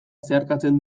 zeharkatzen